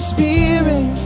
Spirit